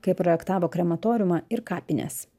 kai projektavo krematoriumą ir kapines